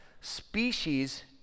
species